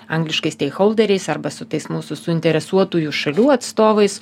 angliškai steikholderiais arba su tais mūsų suinteresuotųjų šalių atstovais